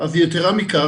אז יתרה מכך.